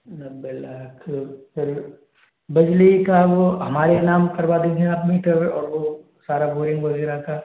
नब्बे लाख फिर बिजली का वो हमारे नाम करवा दोगे आप मीटर और वो सारा बोरिंग वगैरह का